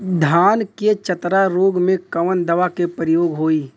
धान के चतरा रोग में कवन दवा के प्रयोग होई?